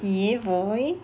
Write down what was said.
yeah boy